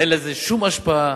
אין לזה שום השפעה,